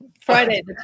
Friday